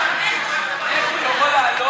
איך אתה מדבר אליו?